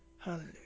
hallelujah